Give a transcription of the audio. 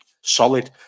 solid